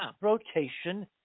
rotation